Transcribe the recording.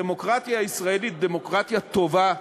הדמוקרטיה הישראלית, דמוקרטיה טובה,